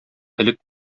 элек